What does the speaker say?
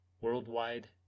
Worldwide